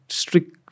strict